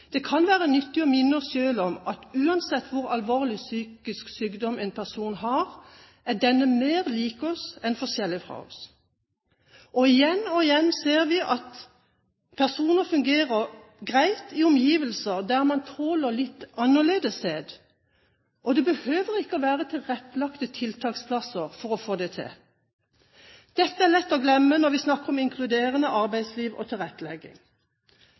Det kan være nyttig å minne oss selv om at uansett hvor alvorlig psykisk syk en person er, er denne personen mer lik oss enn forskjellig fra oss. Igjen og igjen ser vi at personer fungerer greit i omgivelser der en tåler litt annerledeshet. Det behøver ikke å være tilrettelagte tiltaksplasser for å få det til. Dette er lett å glemme når vi snakker om inkluderende arbeidsliv og tilrettelegging.